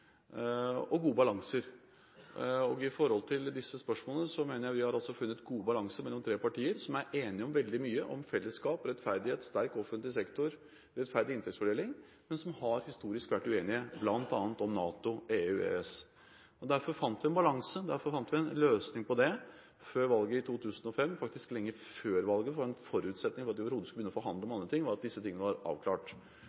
og en god balanse. I disse spørsmålene mener jeg vi har funnet god balanse mellom tre partier, som er enige om veldig mye: om fellesskap, rettferdighet, sterk offentlig sektor og rettferdig inntektsfordeling, men som historisk har vært uenige bl.a. om NATO, EU og EØS. Derfor fant vi en balanse – vi fant en løsning på dette før valget i 2005 – faktisk lenge før valget, fordi det var en forutsetning for at vi overhodet skulle begynne å forhandle om